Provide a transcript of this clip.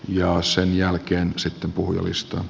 ja sen jälkeen sitten puhujalistaan